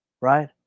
right